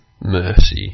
mercy